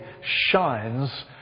shines